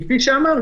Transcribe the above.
כי כפי שאמרתי,